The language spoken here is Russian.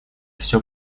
всё